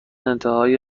انتهای